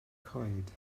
coed